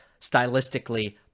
stylistically